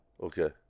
Okay